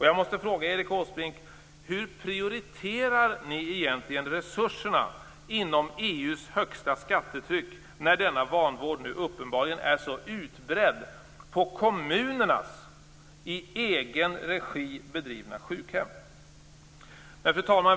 Jag måste fråga Erik Åsbrink: Hur prioriterar ni egentligen resurserna i ett land med EU:s högsta skattetryck när denna vanvård uppenbarligen är mycket utbredd på kommunernas i egen regi bedrivna sjukhem? Fru talman!